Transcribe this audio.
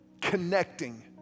connecting